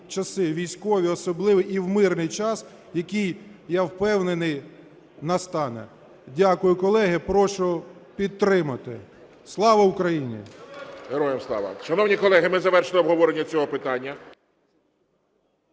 військовий, особливий і в мирний час, який, я впевнений, настане. Дякую, колеги. Прошу підтримати. Слава Україні! ГОЛОВУЮЧИЙ. Героям слава! Шановні колеги, ми завершили обговорення цього питання.